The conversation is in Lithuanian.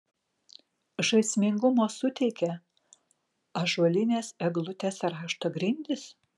žaismingumo suteikia ąžuolinės eglutės rašto grindys